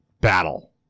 battle